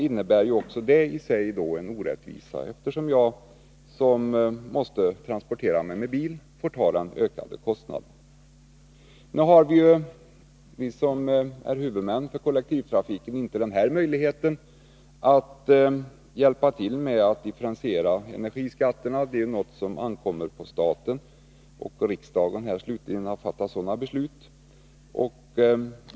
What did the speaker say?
Här finns alltså en orättvisa, eftersom den som bor i glesbygd måste transportera sig med bil och får ta den ökade kostnaden. "Huvudmännen för kollektivtrafiken har inte möjlighet att besluta att differentiera energiskatterna. Det ankommer på regeringen och slutligen riksdagen att fatta sådana beslut.